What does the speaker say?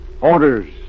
Orders